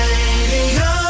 Radio